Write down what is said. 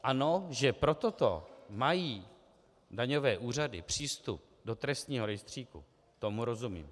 Ano, že pro toto mají daňové úřady přístup do trestního rejstříku, tomu rozumím.